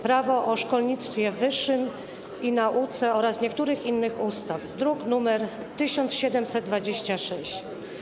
Prawo o szkolnictwie wyższym i nauce oraz niektórych innych ustaw, druk nr 1726.